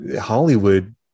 Hollywood